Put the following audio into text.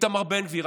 איתמר בן גביר,